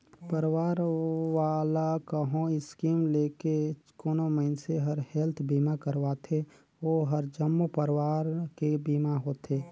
परवार वाला कहो स्कीम लेके कोनो मइनसे हर हेल्थ बीमा करवाथें ओ हर जम्मो परवार के बीमा होथे